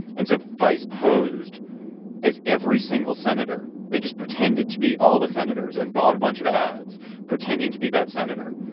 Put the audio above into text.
and so vice posed as every single senator. they just pretended to be all the senators and bought a bunch of ads pretending to be that senator.